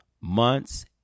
months